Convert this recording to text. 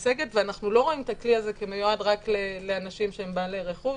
-- ואנחנו לא רואים את הכלי הזה כמיועד רק לאנשים שהם בעלי רכוש.